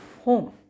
home